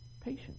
Patient